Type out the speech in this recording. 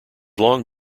long